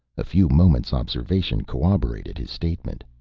a few moments' observation corroborated his statement.